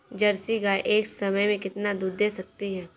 Jersey गाय एक समय में कितना दूध दे सकती है?